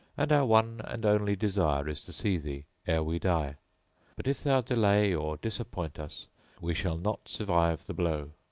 and our one and only desire is to see thee ere we die but if thou delay or disappoint us we shall not survive the blow.